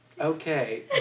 okay